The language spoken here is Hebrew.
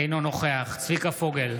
אינו נוכח צביקה פוגל,